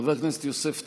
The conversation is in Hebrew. חבר הכנסת יוסף טייב,